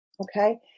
okay